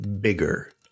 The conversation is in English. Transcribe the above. bigger